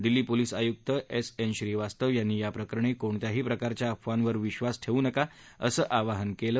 Delhi police आयुक एस एन श्रीवास्तव यांनी या प्रकरणी कोणत्याही प्रकारच्या अफवांवर विश्वास ठेवू नका असं आवाहन केलं